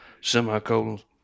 semicolons